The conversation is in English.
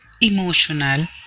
emotional